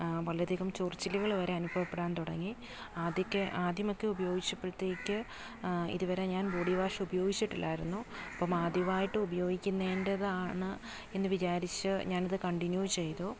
വളരെയധികം ചൊറിച്ചിലുകൾ വരെ അനുഭവപ്പെടാൻ തുടങ്ങി ആദ്യമൊക്കെ ആദ്യമൊക്കെ ഉപയോഗിച്ചപ്പോഴത്തേക്ക് ഇതുവരെ ഞാൻ ബോഡി വാഷ് ഉപയോഗിച്ചിട്ടില്ലായിരുന്നു ഇപ്പം ആദ്യമായിട്ട് ഉപയോഗിക്കുന്നതിൻറേത് ആണ് എന്ന് വിചാരിച്ച് ഞാനത് കണ്ടിന്യൂ ചെയ്തു